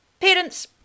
Parents